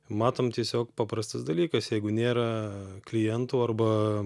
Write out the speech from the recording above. matom tiesiog paprastas dalykas jeigu nėra klientų arba